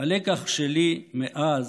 הלקח שלי מאז,